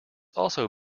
also